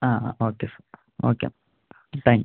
ആ ah okay sir okay thanks